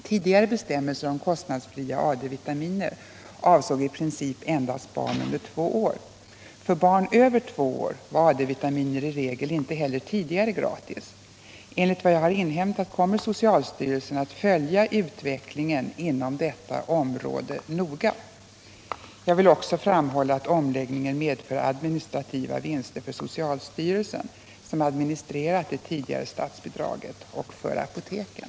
Tidigare bestämmelser om kostnadsfria AD-vitaminer avsåg i princip endast barn under två år. För barn över två år var AD-vitaminer i regel inte heller tidigare gratis. Enligt vad jag har inhämtat kommer socialstyrelsen att följa utvecklingen inom detta område noga. Jag vill också framhålla att omläggningen medför administrativa vinster för socialstyrelsen, som administrerat det tidigare statsbidraget, och för apoteken.